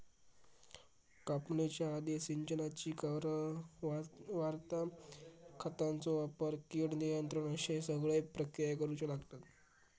कापणीच्या आधी, सिंचनाची वारंवारता, खतांचो वापर, कीड नियंत्रण अश्ये सगळे प्रक्रिया करुचे लागतत